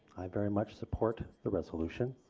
i very much support the resolution.